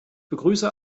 begrüße